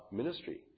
ministry